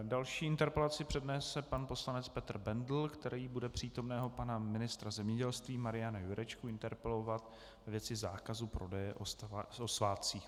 Další interpelaci přednese pan poslanec Petr Bendl, který bude přítomného pana ministra zemědělství Mariana Jurečku interpelovat ve věci zákazu prodeje o svátcích.